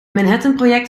manhattanproject